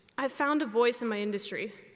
i've found a voice in my industry.